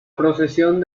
procesión